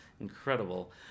incredible